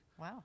Wow